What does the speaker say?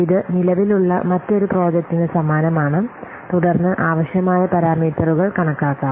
ഇത് നിലവിലുള്ള മറ്റൊരു പ്രോജക്റ്റിന് സമാനമാണ് തുടർന്ന് ആവശ്യമായ പാരാമീറ്ററുകൾ കണക്കാക്കാം